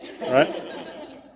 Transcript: right